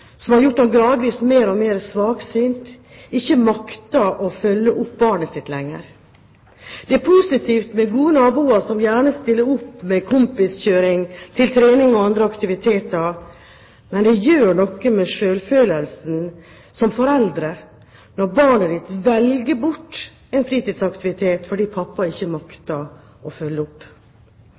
som har gjort ham gradvis mer og mer svaksynt, ikke makter å følge opp barnet sitt lenger. Det er positivt med gode naboer som gjerne stiller opp med kompiskjøring til trening og andre aktiviteter, men det gjør noe med selvfølelsen som forelder når barnet ditt velger bort en fritidsaktivitet fordi pappa ikke makter å følge opp.